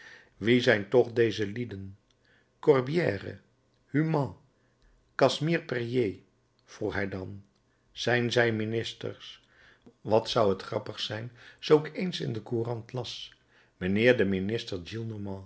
wie zijn toch deze lieden corbiere humann casimir perier vroeg hij dan zijn zij ministers wat zou t grappig zijn zoo ik eens in de courant las mijnheer de minister